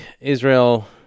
Israel